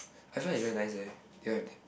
I felt is very nice eh do you have that